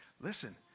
listen